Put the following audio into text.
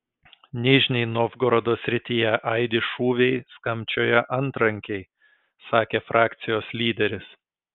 nižnij novgorodo srityje aidi šūviai skambčioja antrankiai sakė frakcijos lyderis